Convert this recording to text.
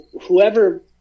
whoever